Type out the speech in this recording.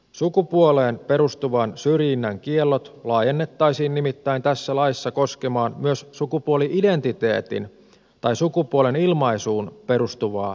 sukupuoleen perustuvan syrjinnän kiellot laajennettaisiin nimittäin tässä laissa koskemaan myös sukupuoli identiteetin tai sukupuolen ilmaisuun perustuvaa syrjintää